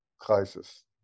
crisis